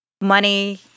money